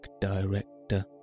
director